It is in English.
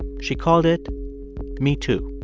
she called it me too.